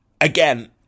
again